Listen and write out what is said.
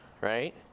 right